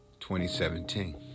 2017